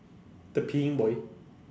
the peeing boy